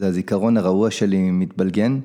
הזיכרון הרעוע שלי מתבלגן